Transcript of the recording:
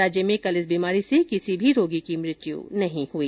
राज्य में कल इस बीमारी से किसी भी रोगी की मृत्यु नहीं हुई